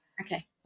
Okay